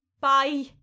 Bye